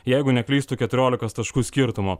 jeigu neklystu keturiolikos taškų skirtumu